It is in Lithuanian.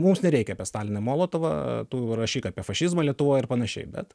mums nereikia apie staliną molotovą tu rašyk apie fašizmą lietuvoj ir panašiai bet